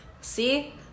see